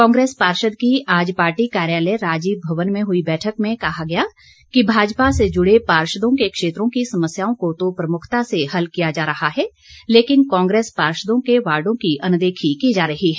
कांग्रेस पार्षद की आज पार्टी कार्यालय राजीव भवन में हुई बैठक में कहा गया कि भाजपा से जुड़े पार्षदों के क्षेत्रों की समस्याओं को तो प्रमुखता से हल किया जा रहा है लेकिन कांग्रेस पार्षदों के वार्डो की अनदेखी की जा रही है